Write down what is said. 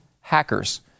Hackers